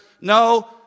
no